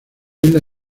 isla